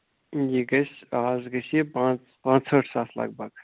یہِ گژھِ آز گژھِ یہِ پانٛژھ پانٛژھ ہٲٹھ ساس لَگ بگ